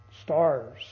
stars